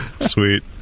Sweet